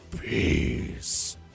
peace